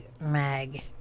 mag